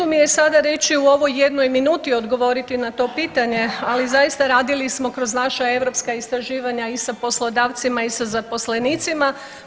Pa teško mi je sada reći u ovoj jednoj minuti, odgovoriti na to pitanje ali zaista radili smo kroz naša europska istraživanja i sa poslodavcima i sa zaposlenicima.